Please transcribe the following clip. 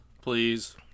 please